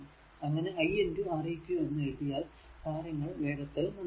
അങ്ങനെ i R eq എന്ന് എഴുതിയാൽ കാര്യങ്ങൾ വേഗത്തിൽ മനസിലാക്കാം